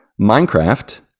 Minecraft